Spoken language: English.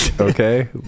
okay